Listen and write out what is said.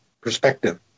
perspective